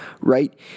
right